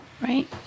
right